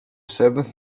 seventh